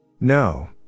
No